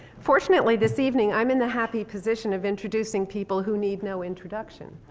fortunately, this evening, i'm in the happy position of introducing people who need no introduction.